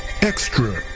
extra